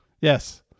Yes